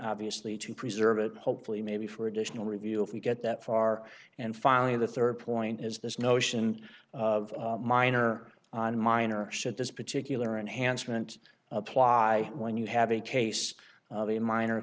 obviously to preserve it hopefully maybe for additional review if we get that far and finally the third point is this notion of minor on minor should this particular enhancement apply when you have a case of a minor